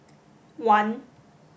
one